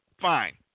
Fine